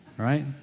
Right